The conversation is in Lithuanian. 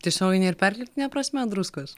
tiesiogine ir perkeltine prasme druskos